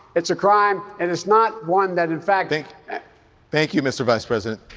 it's a crime. and it's not one that, in fact. thank thank you, mr. vice president.